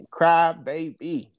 crybaby